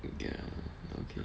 ya okay